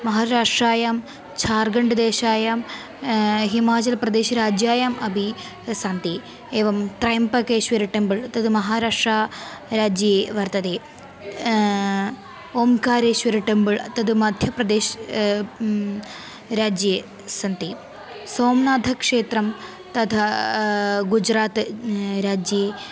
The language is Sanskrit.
महाराष्ट्रायां झार्खण्ड् देशायां हिमाचलप्रदेशराज्यायाम् अपि सन्ति एवं त्रयम्पकेश्वर टेम्पळ् तत् महाराष्ट्रा राज्ये वर्तते ओम्कारेश्वरः टेम्बळ् तत् मध्यप्रदेशे राज्ये सन्ति सोमनाथक्षेत्रं तथा गुजरात् राज्ये